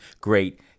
great